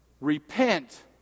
repent